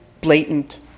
blatant